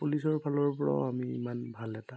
পুলিচৰ ফালৰ পৰাও আমি ইমান ভাল এটা